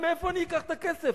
מאיפה אני אקח את הכסף?